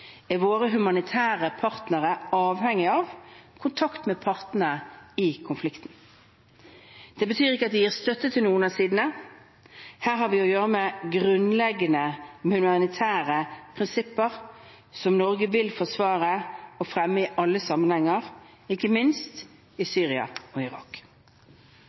er våre humanitære partnere avhengig av kontakt med partene i konflikten. Det betyr ikke at de støtter noen av sidene. Her har vi å gjøre med grunnleggende humanitære prinsipper som Norge vil forsvare og fremme i alle sammenhenger – ikke minst i Syria og Irak.